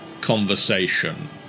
conversation